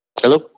Hello